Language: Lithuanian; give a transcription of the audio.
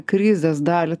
krizės dalį